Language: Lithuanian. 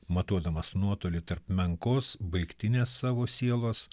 matuodamas nuotolį tarp menkos baigtinės savo sielos